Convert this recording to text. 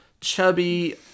chubby